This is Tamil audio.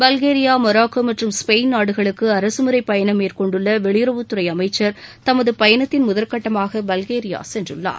பல்கேரியா மொராக்கோ மற்றும் ஸ்பெயின் நாடுகளுக்கு அரசுமுறை பயணம் மேற்கொண்டுள்ள வெளியுறவுத்துறை அமைச்சர் தனது பயணத்தின் முதல் கட்டமாக பல்கேரியா சென்றுள்ளார்